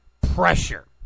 Pressure